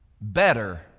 better